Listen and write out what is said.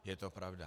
Je to pravda.